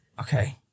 Okay